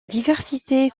diversité